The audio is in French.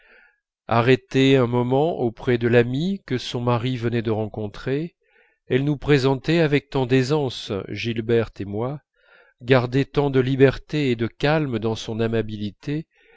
arrêtée un moment auprès de l'amie que son mari venait de rencontrer elle nous présentait avec tant d'aisance gilberte et moi gardait tant de liberté et de calme dans son amabilité